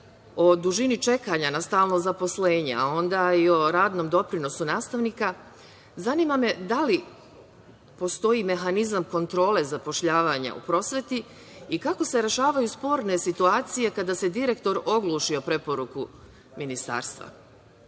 o dužini čekanja na stalno zaposlenje, a onda i o radnom doprinosu nastavnika, zanima me da li postoji mehanizam kontrole zapošljavanja u prosveti i kako se rešavaju sporne situacije kada se direktor ogluši o preporuku ministarstva? Kada